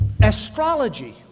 Astrology